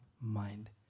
mind